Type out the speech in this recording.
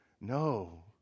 No